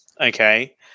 okay